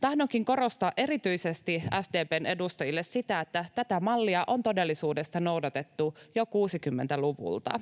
Tahdonkin korostaa erityisesti SDP:n edustajille sitä, että tätä mallia on todellisuudessa noudatettu jo 60-luvulta.